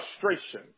frustration